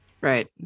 Right